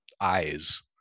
eyes